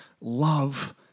love